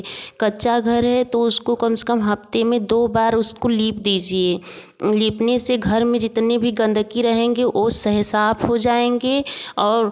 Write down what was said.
कच्चा घर है तो उसको कम से कम हफ़्ते में दो बार उसको लीप दीजिए लीपने से घर में जितने भी गंदगी रहेंगे वह सब साफ़ हो जाएँगे और